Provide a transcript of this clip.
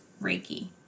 Reiki